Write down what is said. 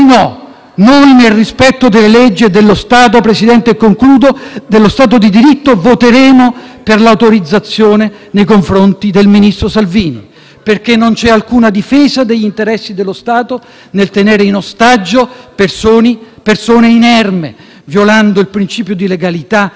per l'autorizzazione a procedere nei confronti del ministro Salvini, perché non c'è alcuna difesa degli interessi dello Stato nel tenere in ostaggio persone inermi, violando il principio di legalità, che è il cuore degli Stati democratici, solo per ragioni politiche, propagandistiche, elettoralistiche.